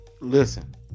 Listen